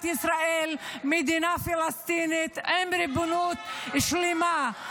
ישראל מדינה פלסטינית עם ריבונות שלמה.